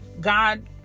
God